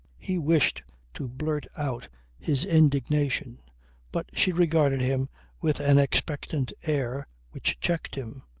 he wished to blurt out his indignation but she regarded him with an expectant air which checked him.